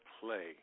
Play